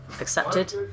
accepted